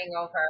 over